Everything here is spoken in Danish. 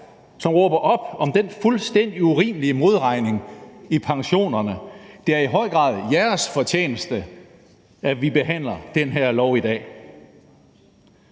som råber op om den fuldstændig urimelige modregning i pensionerne. Det er i høj grad jeres fortjeneste, at vi behandler det her lovforslag